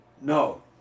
no